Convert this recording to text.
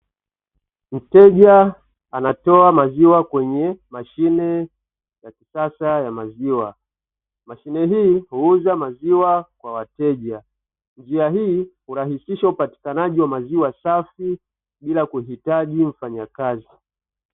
Mteja anatoa maziwa kwenye mashine ya kisasa ya maziwa, mashine hii huuza maziwa kwa wateja. Njia hii hurahisisha upatikanaji wa maziwa safi bila kuhitaji mfanyakazi.